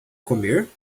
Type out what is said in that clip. comer